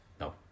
No